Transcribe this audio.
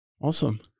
awesome